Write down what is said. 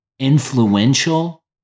influential